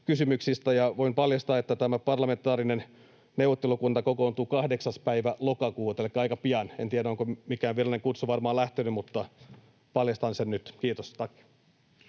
Voin paljastaa, että tämä parlamentaarinen neuvottelukunta kokoontuu 8. päivä lokakuuta elikkä aika pian. En tiedä, onko mikään virallinen kutsu lähtenyt, mutta paljastan sen nyt. — Kiitos,